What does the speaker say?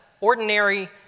ordinary